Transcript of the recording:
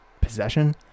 possession